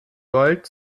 gold